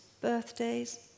birthdays